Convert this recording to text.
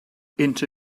into